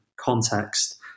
context